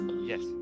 Yes